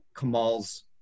Kamal's